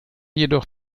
jedoch